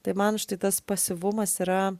tai man štai tas pasyvumas yra